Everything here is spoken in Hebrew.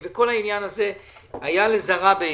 כל העניין הזה היה לזרה בעינינו.